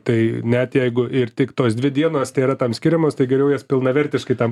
tai net jeigu ir tik tos dvi dienos tai yra tam skiriamos tai geriau jas pilnavertiškai tam